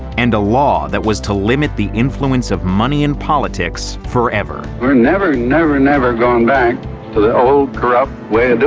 and a law that was to limit the influence of money in politics forever. we're never, never, never going back to the old corrupt way of